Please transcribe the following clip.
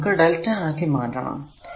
ഇത് നമുക്ക് lrmΔ ആക്കി മാറ്റണം